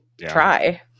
try